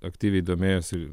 aktyviai domėjosi